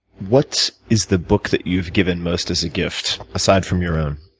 what is the book that you've given most as a gift, aside from your own?